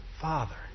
Father